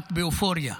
כמעט באופוריה.